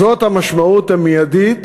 זאת המשמעות המיידית